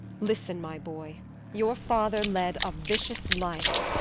listen, my boy your father led a vicious life